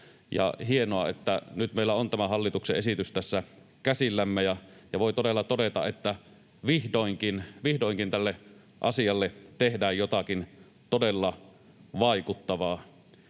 hienoa, että nyt meillä on tämä hallituksen esitys tässä käsillämme ja voi todella todeta, että vihdoinkin tälle asialle tehdään jotakin todella vaikuttavaa.